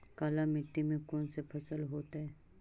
काला मिट्टी में कौन से फसल होतै?